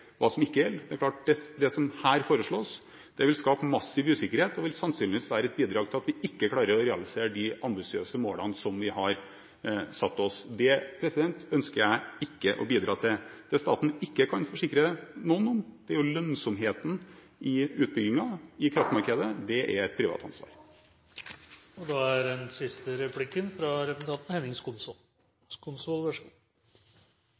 her foreslås, vil skape massiv usikkerhet, og vil sannsynligvis være et bidrag til at vi ikke klarer å realisere de ambisiøse målene vi har satt oss. Det ønsker jeg ikke å bidra til. Det staten ikke kan forsikre noen noe om, er lønnsomheten i utbyggingen i kraftmarkedet – det er et privat ansvar. Fremskrittspartiet – og antakelig Høyre og Kristelig Folkeparti – mener at regjeringen burde gått i seg selv da de så den